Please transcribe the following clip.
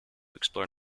explore